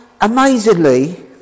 amazingly